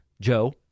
Joe